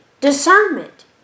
Discernment